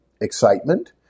excitement